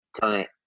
current